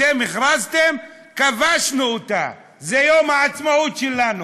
אתם הכרזתם, כבשנו אותה, זה יום העצמאות שלנו.